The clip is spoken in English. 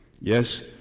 Yes